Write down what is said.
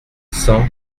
cent